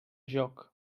joc